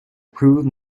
approve